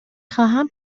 خواهم